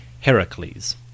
Heracles